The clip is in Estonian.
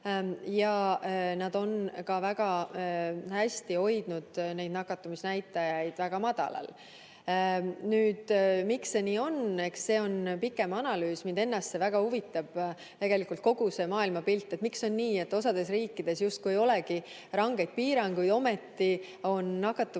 ja nad on ka väga hästi hoidnud neid näitajaid väga madalal. Miks see nii on? Eks see on pikem analüüs. Mind ennast see väga huvitab, tegelikult kogu see maailmapilt, miks on nii, et osas riikides justkui ei olegi rangeid piiranguid, aga ometi on nakatumine madalal,